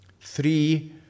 Three